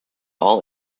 all